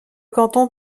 canton